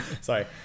sorry